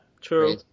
true